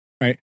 Right